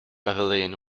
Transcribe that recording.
pavilion